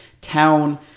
town